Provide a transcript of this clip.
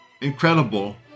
Incredible